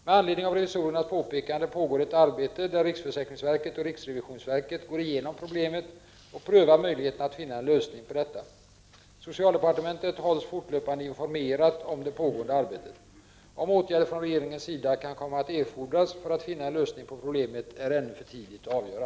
Med anledning av revisorernas påpekande pågår ett arbete där riksförsäkringsverket och riksrevisionsverket går igenom problemet och prövar möjligheterna att finna en lösning på detta. Socialdepartementet hålls fortlöpande informerat om det pågående arbetet. Om åtgärder från regeringens sida kan komma att erfordras för att finna en lösning på problemet är ännu för tidigt att avgöra.